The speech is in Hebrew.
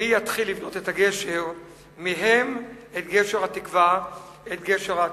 מי יתחיל לבנות מהן את גשר התקווה, את גשר העתיד?"